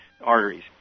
arteries